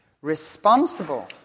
responsible